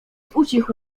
ucichł